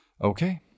Okay